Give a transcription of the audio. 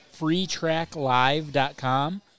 freetracklive.com